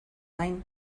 gain